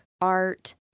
art